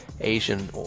Asian